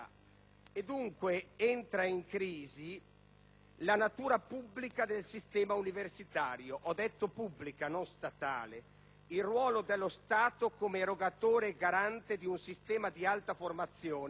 dunque, la natura pubblica del sistema universitario, ed ho detto pubblica, non statale. Il ruolo dello Stato, come erogatore e garante di un sistema di alta formazione,